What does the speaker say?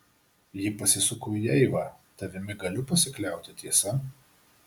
ji pasisuko į eivą tavimi galiu pasikliauti tiesa